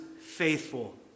faithful